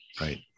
Right